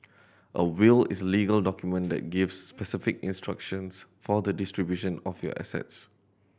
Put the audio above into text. a will is a legal document that gives specific instructions for the distribution of your assets